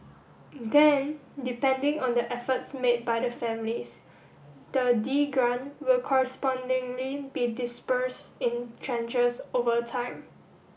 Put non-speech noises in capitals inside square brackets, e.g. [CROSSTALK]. then depending on the efforts made by the families the [UNINTELLIGIBLE] grant will correspondingly be disbursed in tranches over time